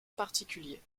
particulier